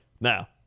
Now